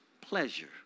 pleasure